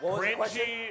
cringy